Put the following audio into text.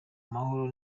mahoro